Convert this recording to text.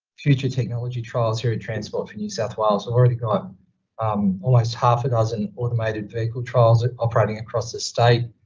future technology trials here at transport for new south wales. so i've already got um almost half a dozen automated vehicle trials operating across the state,